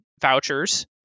vouchers